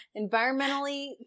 environmentally